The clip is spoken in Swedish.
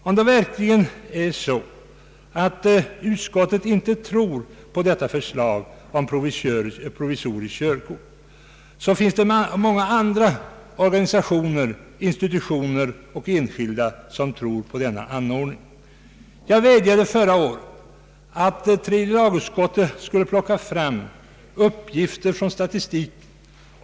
Om verkligen utskottet inte tror på detta förslag om provisoriskt körkort, finns det många andra organisationer, institutioner och enskilda som tror på denna anordning. Jag vädjade förra året till tredje lagutskottet att plocka fram statistiska uppgifter.